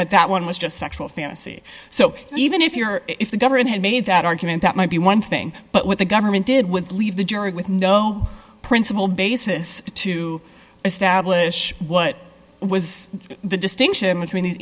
but that one was just sexual fantasy so even if your if the government had made that argument that might be one thing but what the government did was leave the jury with no principle basis to establish what was the distinction between these